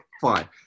fine